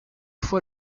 fois